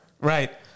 Right